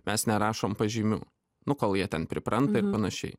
mes nerašom pažymių nu kol jie ten pripranta ir panašiai